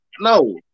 No